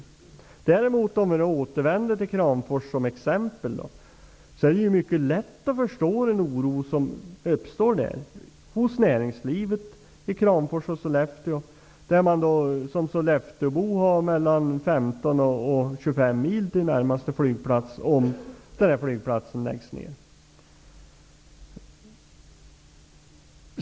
Om vi däremot återvänder till Kramfors som exempel är det mycket lätt att förstå den oro som uppstår hos näringslivet i Kramfors och Sollefteå. Som solleftebo har man mellan 15 och 25 mil till närmaste flygplats om den här flygplatsen läggs ner.